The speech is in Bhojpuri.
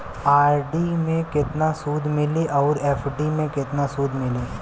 आर.डी मे केतना सूद मिली आउर एफ.डी मे केतना सूद मिली?